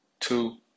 Two